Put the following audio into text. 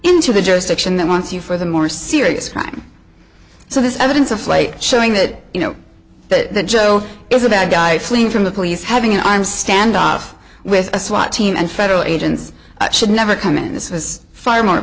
into the jurisdiction that wants you for the more serious crime so this evidence of late showing that you know that joe is a bad guy fleeing from the police having i'm standoff with a swat team and federal agents should never come in this was far more